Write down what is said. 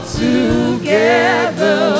together